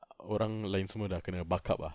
orang lain semua dah kena buck up ah